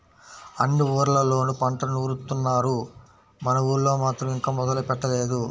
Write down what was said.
అన్ని ఊర్లళ్ళోనూ పంట నూరుత్తున్నారు, మన ఊళ్ళో మాత్రం ఇంకా మొదలే పెట్టలేదు